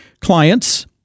clients